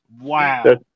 Wow